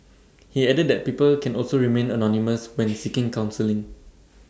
he added that people can also remain anonymous when seeking counselling